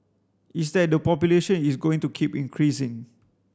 it's that the population is going to keep increasing